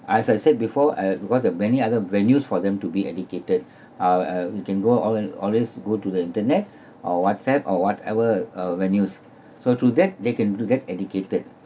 as I said before uh because there are many other venues for them to be educated uh uh you can go alwa~ always go to the internet or whatsapp or whatever uh venues so through that they can to get educated